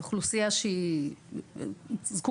זו אוכלוסייה שהיא זקוקה.